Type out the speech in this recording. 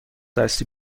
دستی